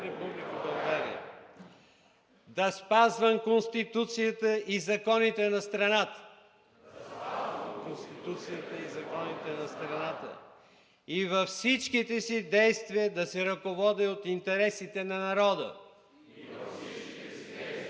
да спазвам Конституцията и законите на страната и във всичките си действия да се ръководя от интересите на народа. Заклех се!“ Поздравления!